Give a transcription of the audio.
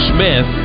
Smith